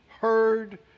heard